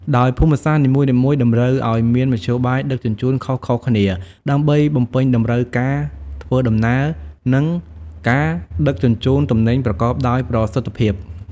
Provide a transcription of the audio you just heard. ដោយភូមិសាស្ត្រនីមួយៗតម្រូវឱ្យមានមធ្យោបាយដឹកជញ្ជូនខុសៗគ្នា ដើម្បីបំពេញតម្រូវការធ្វើដំណើរ និងការដឹកជញ្ជូនទំនិញប្រកបដោយប្រសិទ្ធភាព។